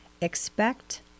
Expect